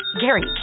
Gary